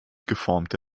geformte